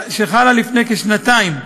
שחלה לפני כשנתיים,